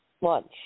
lunch